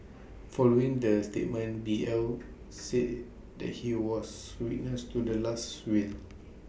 following the statement B L said that he was witness to the last win